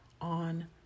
on